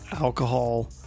alcohol